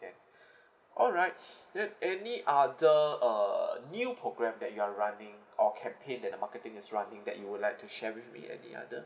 then alright then any other uh new program that you're running or campaign that the marketing is running that you would like to share with me any other